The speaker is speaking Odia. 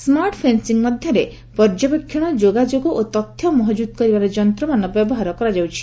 ସ୍କାର୍ଟ ଫେନ୍ସିଂ ମଧ୍ୟରେ ପର୍ଯ୍ୟବେକ୍ଷଣ ଯୋଗାଯୋଗ ଓ ତଥ୍ୟ ମହଜୁଦ୍ କରିବାର ଯନ୍ତ୍ରମାନ ବ୍ୟବହାର କରାଯାଉଛି